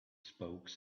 spoke